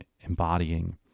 embodying